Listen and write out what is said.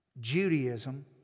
Judaism